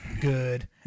good